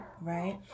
right